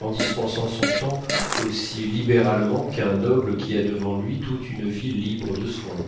en dispensant son temps aussi libéralement qu'un noble qui a devant lui toute une vie libre de soins